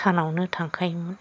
सानावनो थांखायोमोन